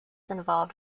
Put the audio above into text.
involved